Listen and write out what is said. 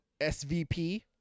SVP